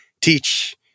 teach